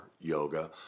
yoga